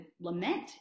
lament